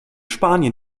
spanien